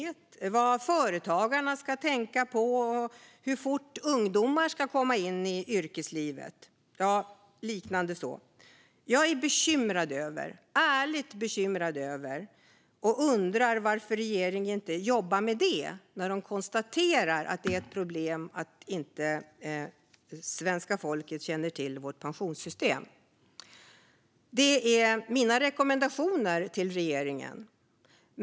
Man måste få veta vad företagare ska tänka på och hur fort ungdomar måste komma in i yrkeslivet. Jag är ärligt bekymrad över detta och undrar varför regeringen inte jobbar med detta. De konstaterar ju att det är ett problem att svenska folket inte känner till pensionssystemet. Detta var mina rekommendationer till regeringen.